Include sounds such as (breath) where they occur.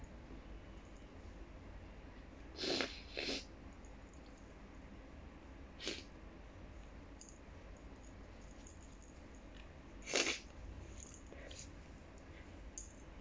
(breath)